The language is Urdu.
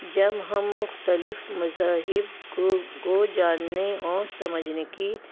جم ہم مختلف مذاہب کو کو جاننے اور سمجھنے کی